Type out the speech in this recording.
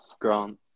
Grant